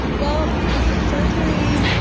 well, for surgery,